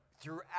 throughout